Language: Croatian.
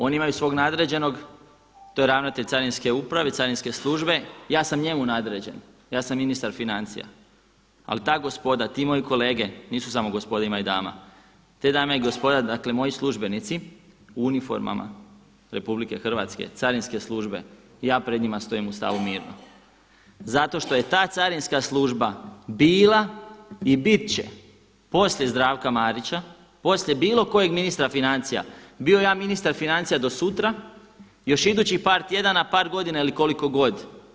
Oni imaju svog nadređenog, to je ravnatelj Carinske uprave, Carinske službe, ja sam njemu nadređen, ja sam ministar financija ali ta gospoda, ti moji kolege, nisu samo gospoda, ima i dama, te dame i gospoda, dakle moji službenici u uniformama RH, Carinske službe ja pred njima stojim u stavu mirno zato što je ta Carinska služba bila i biti će poslije Zdravka Marića, poslije bilo kojeg ministra financija, bio ja ministar financija do sutra, još idućih par tjedana, par godina ili koliko god.